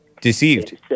deceived